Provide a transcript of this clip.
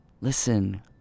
Listen